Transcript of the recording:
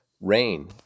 rain